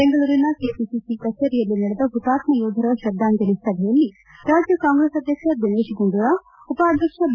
ಬೆಂಗಳೂರಿನ ಕೆಪಿಸಿಸಿ ಕಚೇರಿಯಲ್ಲಿ ನಡೆದ ಹುತಾತ್ಮ ಯೋಧರ ಶ್ರದ್ಧಾಂಜಲಿ ಸಭೆಯಲ್ಲಿ ರಾಜ್ಯ ಕಾಂಗ್ರೆಸ್ ಅಧ್ಯಕ್ಷ ದಿನೇಶ್ ಗುಂಡೂರಾವ್ ಉಪಾಧ್ಯಕ್ಷ ಬಿ